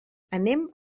anem